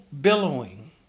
billowing